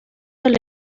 del